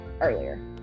earlier